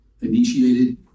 initiated